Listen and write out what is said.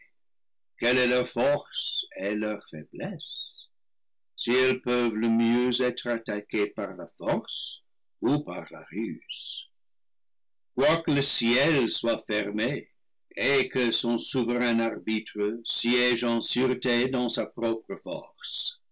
quelle est leur force et leur faiblesse si elles peuvent le mieux être attaquées par la force ou par la ruse quoique le ciel soit fermé et que son souve rain arbitre siège en sûreté dans sa propre force